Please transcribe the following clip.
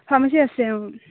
pharmacy আছে অঁ